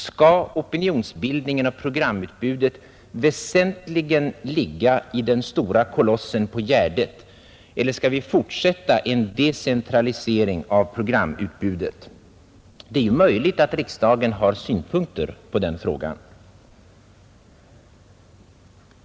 Skall opinionsbildningen och programutbudet väsentligen ligga i den stora kolossen på Gärdet eller skall vi fortsätta en decentralisering av programutbudet? Det är faktiskt tänkbart att riksdagen har synpunkter på den frågan.